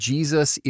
Jesus